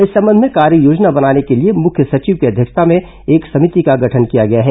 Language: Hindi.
इस संबंध में कार्ययोजना बनाने के लिए मुख्य सचिव की अध्यक्षता में एक समिति का गठन किया गया है